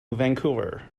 vancouver